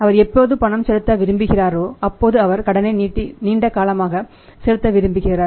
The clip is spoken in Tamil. அவர் எப்போது பணம் செலுத்த விரும்புகிறாரோ அப்போது அவர் கடனை நீண்ட காலமாக செலுத்த விரும்புகிறார்